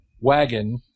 wagon